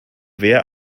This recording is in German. wer